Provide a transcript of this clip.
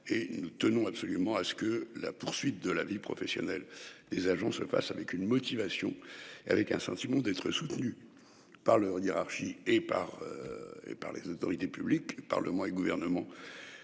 et nous tenons absolument à ce que la poursuite de la vie professionnelle des agents se fasse avec une motivation avec un sentiment d'être soutenus. Par leur hiérarchie et par. Et par les autorités publiques parlement et gouvernement.